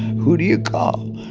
who do you call?